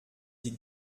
die